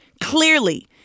clearly